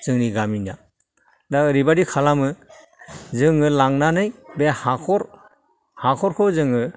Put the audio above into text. जोंनि गामिना दा ओरैबायदि खालामो जोङो लांनानै बे हाख'रखौ जोङो